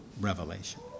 revelation